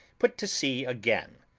put to sea again.